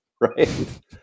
right